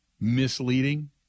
misleading